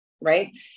right